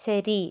ശരി